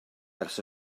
ers